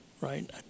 right